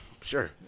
sure